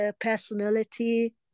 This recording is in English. personality